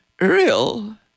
real